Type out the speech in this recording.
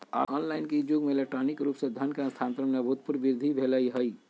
online के इ जुग में इलेक्ट्रॉनिक रूप से धन के स्थानान्तरण में अभूतपूर्व वृद्धि भेल हइ